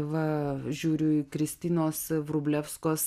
va žiūriu į kristinos vrublevskos